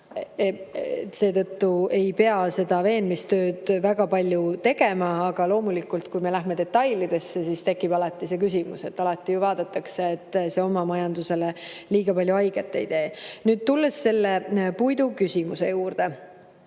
Seetõttu ei pea seda veenmistööd väga palju tegema, aga loomulikult, kui me läheme detailidesse, siis tekib see küsimus, et alati ju vaadatakse, et see oma majandusele liiga palju haiget ei teeks. Nüüd, tulles selle puiduküsimuse juurde,